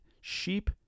Sheep